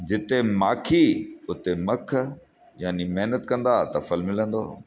जिते माखी उते मखु मतिलबु महिनत कंदा त फल मिलंदो